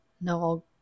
No